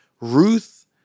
Ruth